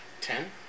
ten